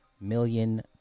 million